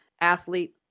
athlete